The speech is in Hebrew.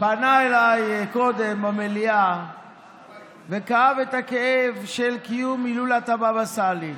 פנה אליי קודם במליאה וכאב את הכאב של קיום הילולת הבבא סאלי.